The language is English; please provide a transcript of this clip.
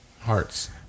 hearts